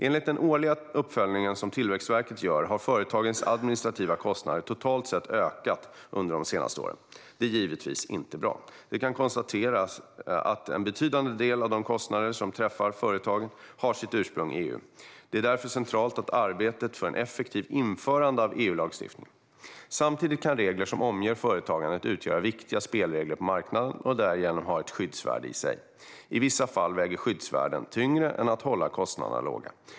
Enligt den årliga uppföljning som Tillväxtverket gör har företagens administrativa kostnader totalt sett ökat under de senaste åren. Det är givetvis inte bra. Det kan konstateras att en betydande del av de kostnader som träffar företag har sitt ursprung i EU. Det är därför centralt att arbeta för ett effektivt införande av EU-lagstiftningen. Samtidigt kan regler som omger företagandet utgöra viktiga spelregler på marknaden och därigenom ha ett skyddsvärde i sig. I vissa fall väger skyddsvärdet tyngre än att hålla kostnaderna låga.